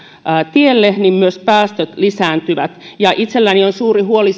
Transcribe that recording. tielle niin myös päästöt lisääntyvät itselläni on suuri huoli